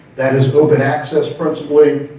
that is open access principally.